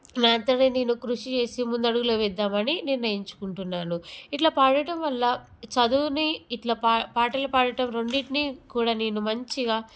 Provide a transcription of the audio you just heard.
నా అంతట నేను కృషి చేసి ముందడుగులు వేద్దామని నిర్ణయించుకుంటున్నాను ఇలా పాడటం వల్ల చదువుని ఇలా పా పాటలు పాడటం రెండింటిని కూడా నేను మంచిగా